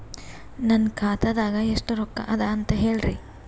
ನನ್ನ ಖಾತಾದಾಗ ಎಷ್ಟ ರೊಕ್ಕ ಅದ ಅಂತ ಹೇಳರಿ?